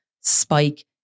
spike